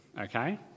okay